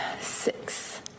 six